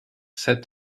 said